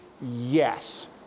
yes